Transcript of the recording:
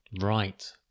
Right